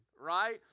right